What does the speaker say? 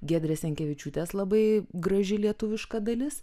giedrės jankevičiūtės labai graži lietuviška dalis